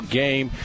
game